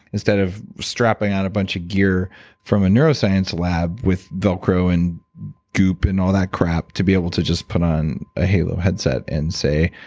instead of strapping on a bunch of gear from a neuroscience lab with velcro, and goop, and all that crap, to be able to just put on a halo headset and say,